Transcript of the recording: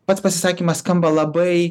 pats pasakymas skamba labai